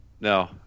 No